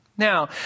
Now